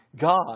God